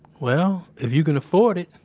well, if you can afford it,